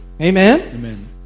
Amen